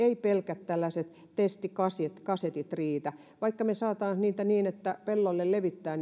pelkät tällaiset testikasetit riitä vaikka me saisimme niitä testikasetteja niin että pellolle levittää